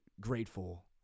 grateful